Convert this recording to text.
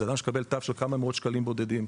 הוא אדם שמקבל תו של כמה מאות שקלים בודדים.